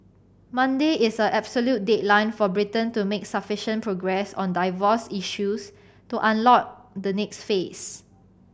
Monday is the absolute deadline for Britain to make sufficient progress on divorce issues to unlock the next phase